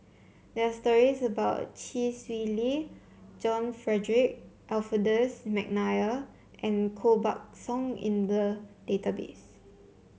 there are stories about Chee Swee Lee John Frederick Adolphus McNair and Koh Buck Song in the database